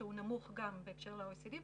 שגם הוא נמוך בהקשר של ה-OECD.